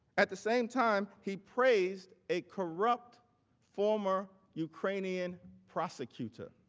at the same time, he praised a corrupt former ukrainian prosecutor.